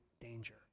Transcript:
danger